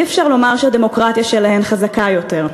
אי-אפשר לומר שהדמוקרטיה שלהם חזקה יותר.